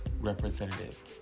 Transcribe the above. representative